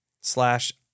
slash